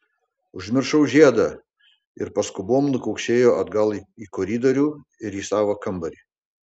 užmiršau žiedą ir paskubom nukaukšėjo atgal į koridorių ir į savo kambarį